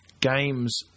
Games